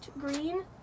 green